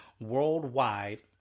worldwide